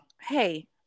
Hey